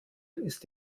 ist